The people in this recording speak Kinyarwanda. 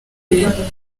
ibintu